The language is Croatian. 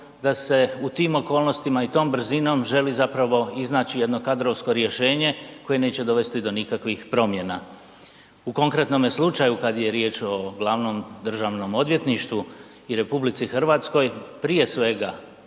da se u tim okolnostima i tom brzinom želi zapravo iznaći jedno kadrovsko rješenje koje neće dovesti do nikakvih promjena. U konkretnome slučaju, kad je riječ o glavnom državnom odvjetništvu i RH, prije svega,